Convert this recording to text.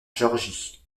géorgie